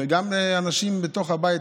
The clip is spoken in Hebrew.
גם אנשים בתוך הבית,